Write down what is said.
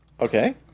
Okay